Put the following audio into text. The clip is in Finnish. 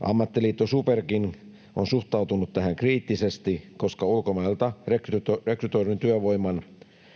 Ammattiliitto SuPerkin on suhtautunut tähän kriittisesti, koska ulkomailta rekrytoidun työvoiman